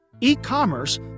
e-commerce